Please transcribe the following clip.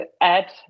add